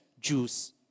Jews